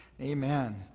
Amen